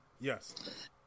Yes